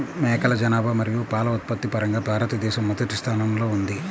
మేకల జనాభా మరియు పాల ఉత్పత్తి పరంగా భారతదేశం మొదటి స్థానంలో ఉంది